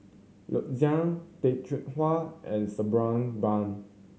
Loo Zihan Tay Chong Hai and Sabri Buang